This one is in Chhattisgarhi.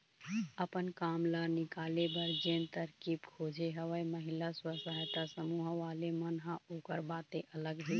अपन काम ल निकाले बर जेन तरकीब खोजे हवय महिला स्व सहायता समूह वाले मन ह ओखर बाते अलग हे